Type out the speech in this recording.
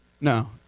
no